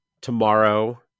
tomorrow